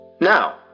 Now